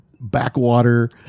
backwater